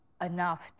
enough